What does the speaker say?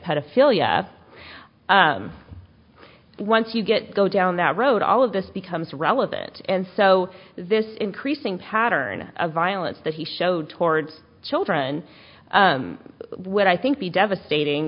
pedophilia once you get go down that road all of this becomes relevant and so this increasing pattern of violence that he showed towards children would i think be devastating